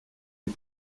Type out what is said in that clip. les